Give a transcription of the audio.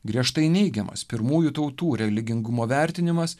griežtai neigiamas pirmųjų tautų religingumo vertinimas